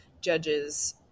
Judges